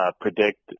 predict